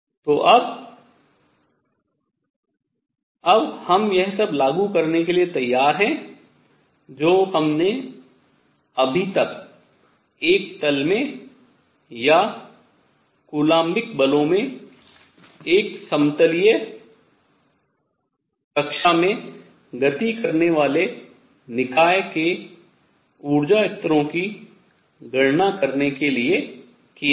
तो अब अब हम यह सब लागू करने के लिए तैयार हैं जो हमने अभी तक एक तल में या कूलाम्बिक बलों में एक समतलीय कक्षा में गति करने वाले निकाय के ऊर्जा स्तरों की गणना करने के लिए किया है